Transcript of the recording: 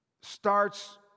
starts